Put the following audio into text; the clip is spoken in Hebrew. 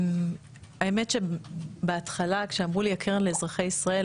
האמת שבהתחלה כשאמרו לי "הקרן לאזרחי ישראל",